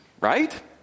right